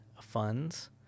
funds